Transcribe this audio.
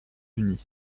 unis